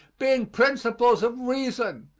being principles of reason,